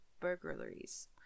burglaries